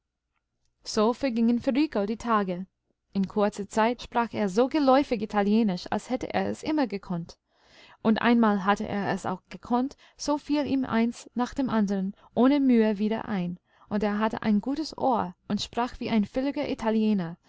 so vergingen für rico die tage in kurzer zeit sprach er so geläufig italienisch als hätte er es immer gekonnt und einmal hatte er es auch gekonnt so fiel ihm eins nach dem anderen ohne mühe wieder ein und er hatte ein gutes ohr und sprach wie ein völliger italiener